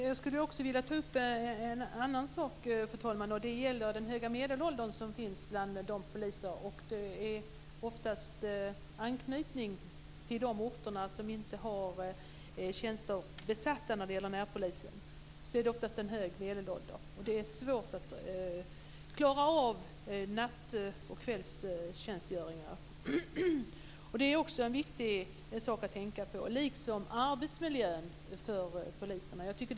Fru talman! Jag vill också ta upp en annan sak, och det gäller den höga medelålder som finns bland dagens poliser. Detta har ofta anknytning till de orter som har tjänster som inte är besatta. Där är medelåldern ofta hög, och man har svårt att klara av natt och kvällstjänstgöringar. Det är också en viktig sak att tänka på liksom arbetsmiljön för poliser.